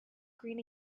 green